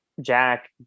Jack